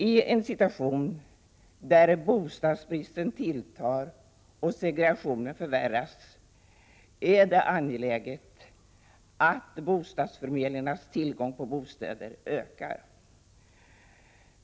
I en situation där bostadsbristen tilltar och segregationen förvärras är det angeläget att bostadsförmedlingarnas tillgång på bostäder ökar.